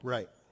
Right